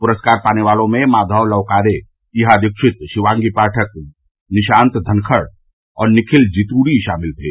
पुरस्कार पाने वालों में माधव लवकारे ईहा दीक्षित रियांगी पाठक निशांत धनखड़ और निखिल जित्री शामिल थे